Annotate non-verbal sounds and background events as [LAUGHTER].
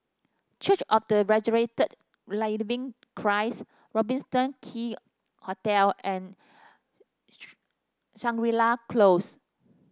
church of the Resurrected Living Christ Robertson Quay Hotel and [UNINTELLIGIBLE] Shangri La Close